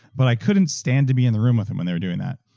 but i couldn't stand to be in the room with them when they were doing that.